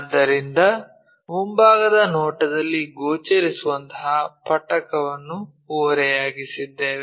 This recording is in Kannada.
ಆದ್ದರಿಂದ ಮುಂಭಾಗದ ನೋಟದಲ್ಲಿ ಗೋಚರಿಸುವಂತಹ ಪಟ್ಟಕವನ್ನು ಓರೆಯಾಗಿಸಿದ್ದೇವೆ